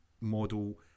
model